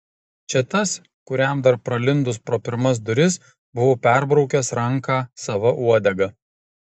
čia tas kuriam dar pralindus pro pirmas duris buvau perbraukęs ranką sava uodega